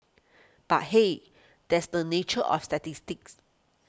but hey that's the nature of statistics